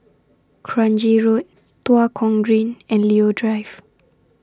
Kranji Road Tua Kong Green and Leo Drive